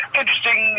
interesting